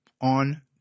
on